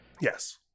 Yes